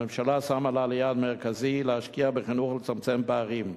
הממשלה שמה לה ליעד מרכזי להשקיע בחינוך ולצמצם פערים.